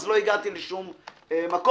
אז לא הגעתי לשום מקום.